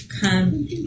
come